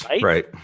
Right